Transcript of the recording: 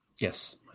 Yes